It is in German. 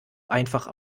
einfach